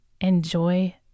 Enjoy